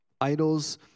Idols